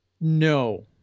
No